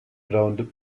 brown